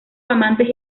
amantes